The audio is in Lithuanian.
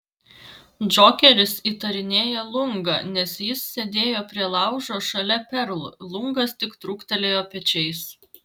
džokeris įtarinėja lungą nes jis sėdėjo prie laužo šalia perl lungas tik trūktelėjo pečiais